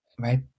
right